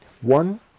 One